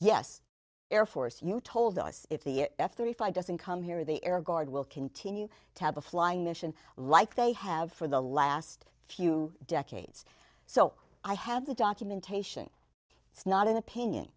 yes air force you told us if the f thirty five doesn't come here the air guard will continue to have a flying mission like they have for the last few decades so i have the documentation it's not an opinion